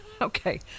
okay